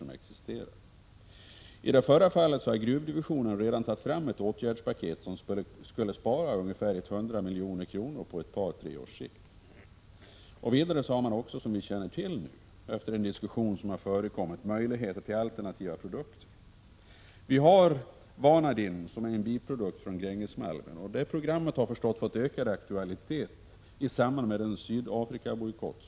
När det gäller det förra fallet har gruvdivisonen redan tagit fram ett åtgärdspaket, som skulle spara ungefär 100 milj.kr. på ett par tre års sikt. Vidare har man — som vi känner till efter den diskussion som har förekommit — möjligheter att producera alternativa produkter. Man kan producera vanadin som är en biprodukt vid brytningen av Grängesmalmen. Programmet härvidlag har naturligtvis fått ökad aktualitet i samband med den kommande Sydafrikabojkotten.